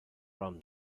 rum